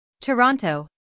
Toronto